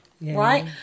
Right